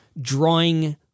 drawing